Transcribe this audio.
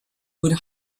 would